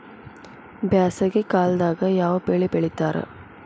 ಬ್ಯಾಸಗಿ ಕಾಲದಾಗ ಯಾವ ಬೆಳಿ ಬೆಳಿತಾರ?